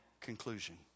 conclusion